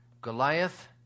Goliath